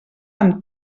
amb